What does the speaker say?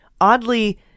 oddly